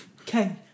Okay